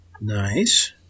Nice